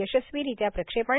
यशस्वीरित्या प्रक्षेपण